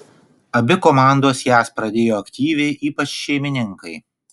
abi komandos jas pradėjo aktyviai ypač šeimininkai